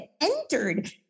entered